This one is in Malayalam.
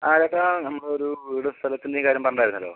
ആ ചേട്ടാ നമ്മളൊരു വീട് സ്ഥലത്തിൻ്റെയും കാര്യം പറഞ്ഞിട്ടുണ്ടായിരുന്നല്ലോ